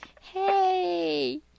Hey